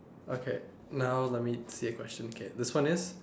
okay now let me see a question again this one is